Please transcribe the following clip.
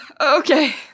okay